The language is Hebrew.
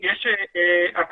יש לך דוגמה לתת לנו?